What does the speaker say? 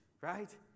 right